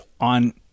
on